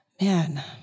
Man